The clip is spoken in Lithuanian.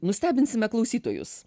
nustebinsime klausytojus